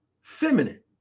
feminine